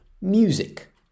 music